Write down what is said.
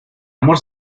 amor